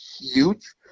huge